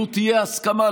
לו תהיה הסכמה,